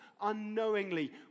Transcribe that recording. unknowingly